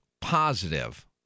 positive